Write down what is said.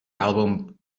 album